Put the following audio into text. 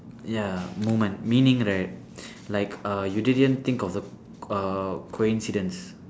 ya moment meaning right like uh you didn't think of the uh coincidence